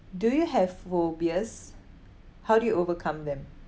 do you have phobias how do you overcome them